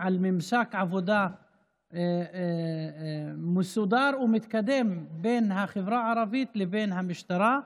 על ממשק עבודה מסודר ומתקדם בין החברה הערבית לבין המשטרה.